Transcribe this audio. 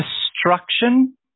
Destruction